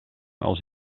als